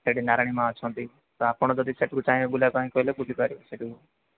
ସେଠି ନାରାୟଣୀ ମାଆ ଅଛନ୍ତି ତ ଆପଣ ଯଦି ସେଠିକୁ ଚାହିଁବେ ବୁଲିବା ପାଇଁ କହିଲେ ବୁଲିପାରିବେ ସେଠୁ